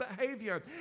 behavior